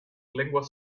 lenguas